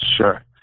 Sure